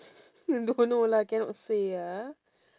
don't know lah cannot say ah